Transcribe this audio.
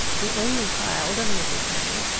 the only child of mrs. hammond,